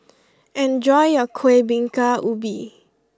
enjoy your Kueh Bingka Ubi